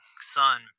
son